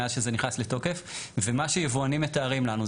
מאז שזה נכנס לתוקף ומה שיבואנים מתארים לנו,